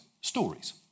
stories